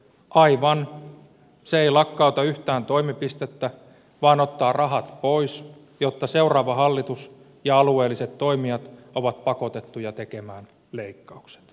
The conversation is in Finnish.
aivan se ei lakkauta yhtään toimipistettä vaan ottaa rahat pois jotta seuraava hallitus ja alueelliset toimijat ovat pakotettuja tekemään leikkaukset